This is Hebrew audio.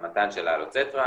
המתן של האלוצטרה,